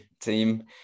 team